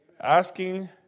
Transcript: Asking